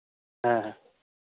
ᱦᱮᱸ ᱦᱮᱸ